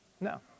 No